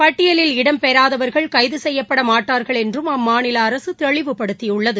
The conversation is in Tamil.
பட்டியிலில் இடம்பெறாதவர்கள் கைது செய்யப்பட மாட்டார்கள் என்றும் அம்மாநில அரசு தெளிவுபடுத்தியுள்ளது